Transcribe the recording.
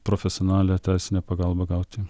profesionalią teisinę pagalbą gauti